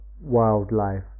wildlife